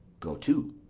go to.